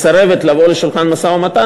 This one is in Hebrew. מסרבת לבוא לשולחן המשא-ומתן.